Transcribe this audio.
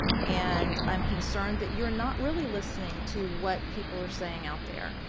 and i'm concerned that you're not really listening to what people are saying out there.